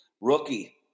rookie